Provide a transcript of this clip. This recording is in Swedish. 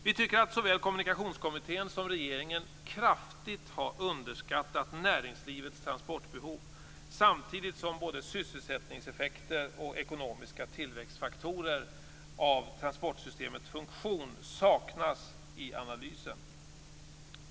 Vi tycker att såväl Kommunikationskommittén som regeringen kraftigt har underskattat näringslivets transportbehov, samtidigt som både sysselsättningseffekter och ekonomiska tillväxtfaktorer av transportsystemets funktion saknas i analysen.